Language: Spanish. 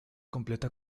completa